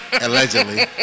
allegedly